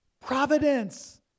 Providence